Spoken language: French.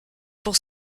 pour